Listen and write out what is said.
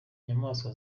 inyamaswa